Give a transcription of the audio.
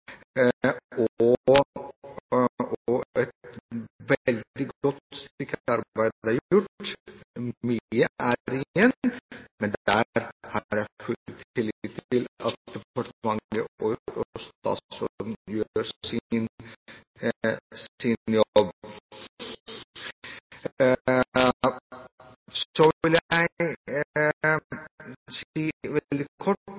og et veldig godt stykke arbeid er gjort. Mye er igjen, men der har jeg full tillit til at departementet og statsråden gjør sin jobb. Så vil jeg si noe veldig kort